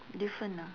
different ah